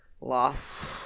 loss